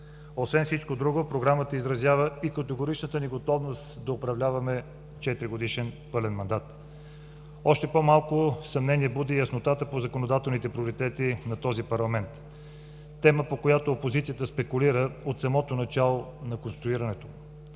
Освен всичко друго, Програмата изразява и категоричната ни готовност да управляваме 4-годишен пълен мандат. Още по-малко съмнение буди яснотата по законодателните приоритети на този парламент – тема, по която опозицията спекулира от самото начало на конституирането